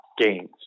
gains